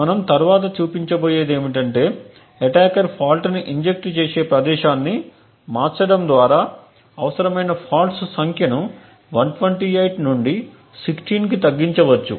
మనం తరువాత చూపించబోయేది ఏమిటంటే అటాకర్ ఫాల్ట్ని ఇంజెక్ట్ చేసే ప్రదేశాన్ని మార్చడం ద్వారా అవసరమైన ఫాల్ట్స్ సంఖ్యను 128 నుండి 16 కి తగ్గించవచ్చు